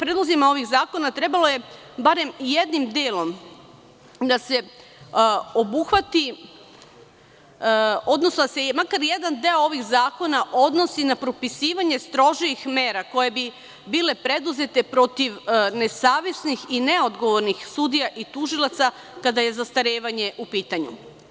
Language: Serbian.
Predlozima ovih zakona trebalo je, barem jednim delom da se obuhvati, odnosno da se makar jedan deo ovih zakona odnosi na propisivanje strožijih mera koje bi bile preduzete protiv nesavesnih i neodgovornih sudija i tužilaca, kada je zastarevanje u pitanju.